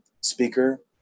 speaker